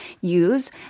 use